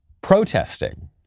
protesting